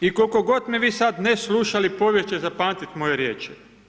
I koliko god me vi sad ne slušali, povijest će zapamtiti moje riječi.